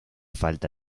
falta